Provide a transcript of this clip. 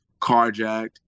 carjacked